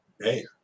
Hey